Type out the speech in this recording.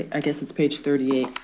i guess it's page thirty eight.